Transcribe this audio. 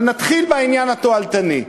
אבל נתחיל בעניין התועלתני.